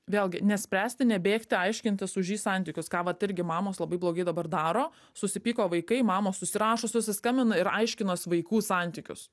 vėlgi nespręsti nebėgti aiškintis už jį santykius ką vat irgi mamos labai blogai dabar daro susipyko vaikai mamos susirašo susiskambina ir aiškinas vaikų santykius